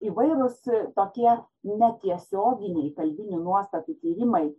įvairūs tokie na tiesioginiai kalbinių nuostatų tyrimai